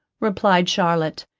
replied charlotte,